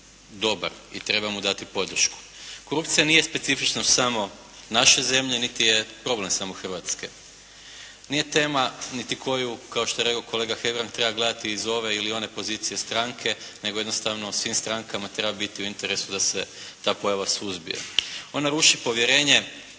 dobar i treba mu dati podršku. Korupcija nije specifičnost samo naše zemlje niti je problem samo Hrvatske. Nije tema niti koju kao što je rekao kolega Hebrang treba gledati iz ove ili one pozicije stranke nego jednostavno svim strankama treba biti u interesu da se ta pojava suzbije. Ona ruši povjerenje